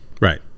Right